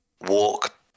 walk